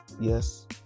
Yes